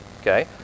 Okay